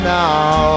now